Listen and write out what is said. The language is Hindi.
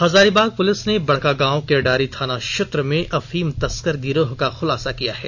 हजारीबाग पुलिस ने बड़कागांव केरेडारी थाना क्षेत्र में अफीम तस्कर गिरोह का खुलासा किया है